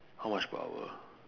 how much per hour